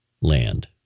land